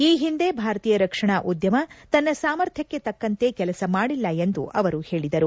ಈ ಹಿಂದೆ ಭಾರತೀಯ ರಕ್ಷಣಾ ಉದ್ಕಮ ತನ್ನ ಸಾಮರ್ಥ್ಯಕ್ಕೆ ತಕ್ಕಂತೆ ಕೆಲಸ ಮಾಡಿಲ್ಲ ಎಂದು ಅವರು ಪೇಳಿದರು